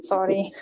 Sorry